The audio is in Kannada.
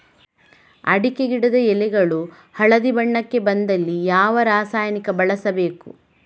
ಅಡಿಕೆ ಗಿಡದ ಎಳೆಗಳು ಹಳದಿ ಬಣ್ಣಕ್ಕೆ ಬಂದಲ್ಲಿ ಯಾವ ರಾಸಾಯನಿಕ ಬಳಸಬೇಕು?